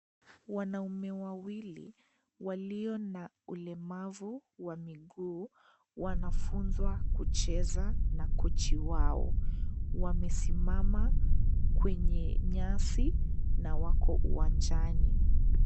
Wanaume wawili walio na ulemavu wa miguu, wanafunzwa kucheza na kujiwau, wamesimama kwenye nyasi na wako uwanjani.